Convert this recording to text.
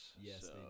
Yes